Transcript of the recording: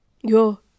yo